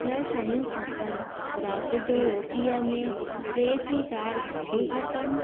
छह शयूं खपनि राति जो रोटीअ में टे थी चारि भाॼियूं खपनि